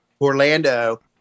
Orlando